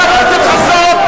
חבר הכנסת חסון.